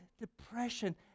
depression